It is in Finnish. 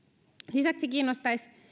lisäksi kiinnostaisivat